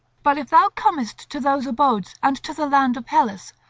but if thou comest to those abodes and to the land of hellas,